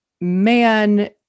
man